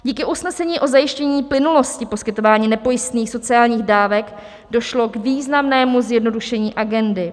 Díky usnesení o zajištění plynulosti poskytování nepojistných sociálních dávek došlo k významnému zjednodušení agendy.